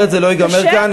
אחרת זה לא ייגמר כאן.